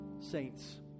Saints